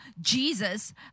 Jesus